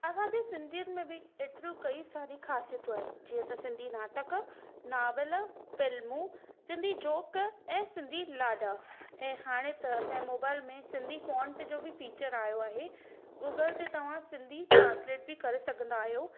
असांजे सिंधीयुनि में बि एतिरियूं कई सारी ख़ासियतियूं आहिनि जीअं त सिंधी नाटक नॉवल फिल्मूं सिंधी जोक ऐं सिंधी लाॾा ऐं हाणे त असांजे मोबाइल में सिंधी फॉण्ट जो बि फ़ीचर आयो आहे गूगल ते तव्हां सिंधी ट्रांसलेट बि करे सघंदा आहियो